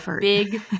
big